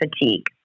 fatigue